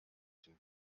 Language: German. den